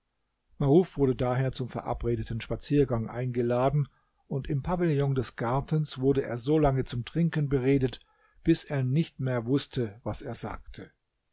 maruf wurde daher zum verabredeten spaziergang eingeladen und im pavillon des gartens wurde er solange zum trinken beredet bis er nicht mehr wußte was er sagte